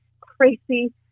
crazy